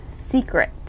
secret